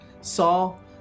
Saul